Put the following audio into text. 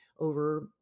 Over